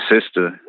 sister